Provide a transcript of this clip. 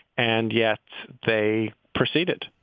and yet they proceeded